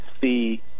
see